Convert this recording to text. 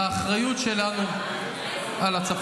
האחריות שלנו לצפון,